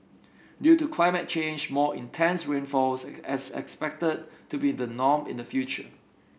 due to climate change more intense rainfalls as as expected to be the norm in the future